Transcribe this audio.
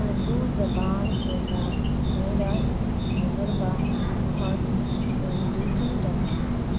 اردو زبان کے ساتھ میرا تجربہ بہت انریچنگ رہا ہے